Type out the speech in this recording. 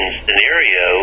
scenario